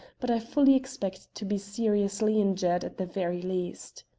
but i fully expect to be seriously injured at the very least.